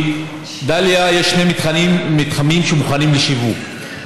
בדליה יש שני מתחמים שמוכנים לשיווק,